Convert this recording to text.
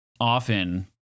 often